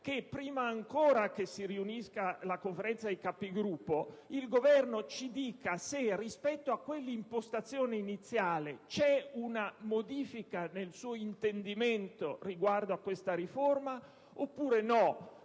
che, prima ancora che si riunisca la Conferenza dei Capigruppo, il Governo ci dica se rispetto a quella impostazione iniziale c'è una modifica nel suo intendimento riguardo a questa riforma oppure no;